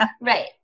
Right